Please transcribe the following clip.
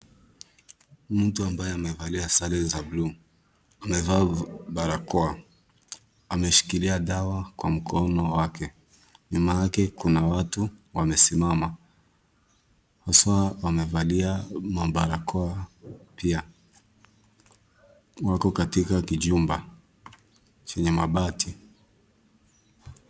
Mtu ambaye amevalia sare za bluu. Amevaa barakoa. Ameshikilia dawa kwa mkono wake. Nyuma wake kuna watu wamesimama. Haswaa wamevalia mabarakoa, pia. Wako katika kijumba. Chenye mabati.